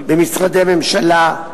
במשרדי ממשלה,